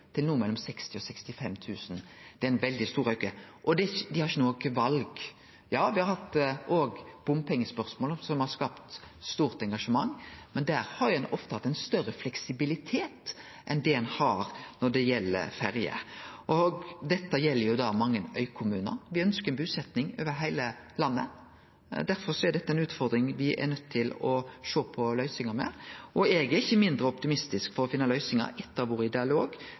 til no å ha ein kostnad på 60 000–65 000 kr. Det er ein veldig stor auke, og dei har ikkje noko val. Ja, me har hatt bompengespørsmål som òg har skapt eit stort engasjement, men der har ein ofte hatt ein større fleksibilitet enn ein har når det gjeld ferjer. Dette gjeld òg mange øykommunar. Me ønskjer busetjing over heile landet, og derfor er dette ei utfordring me er nøydde til å sjå på løysingar for. Eg er ikkje mindre optimistisk med tanke på å finne løysingar etter å ha vore i dialog